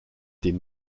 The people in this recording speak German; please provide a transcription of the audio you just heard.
den